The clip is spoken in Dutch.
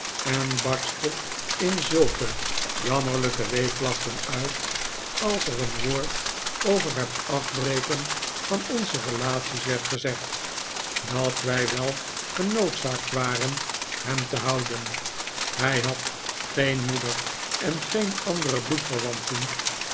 en barstte in zulke jammerlijke weeklachten uit als er een woord over het afbreken van onze relaties werd gezegd dat wij wel genoodzaakt waren hem te houden hij had geen moeder en geen andere